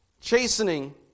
chastening